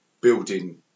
building